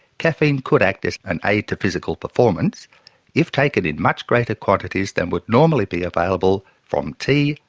caffeine could act as an aid to physical performance if taken in much greater quantities than would normally be available from tea,